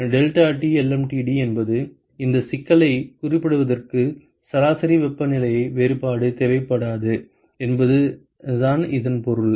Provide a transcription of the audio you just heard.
deltaTlmtd என்பது இந்தச் சிக்கலைக் குறிப்பிடுவதற்கு சராசரி வெப்பநிலை வேறுபாடு தேவைப்படாது என்பதுதான் இதன் பொருள்